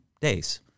days